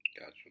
Gotcha